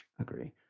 agree